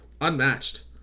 unmatched